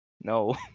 no